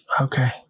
okay